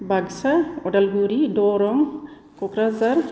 Baksa Udalguri Darrang Kokrajhar